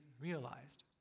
realized